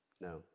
No